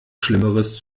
schlimmeres